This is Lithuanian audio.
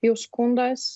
jau skundas